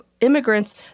immigrants